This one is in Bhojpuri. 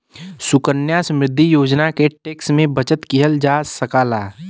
सुकन्या समृद्धि योजना से टैक्स में बचत किहल जा सकला